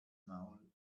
maul